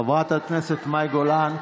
חברת הכנסת מאי גולן,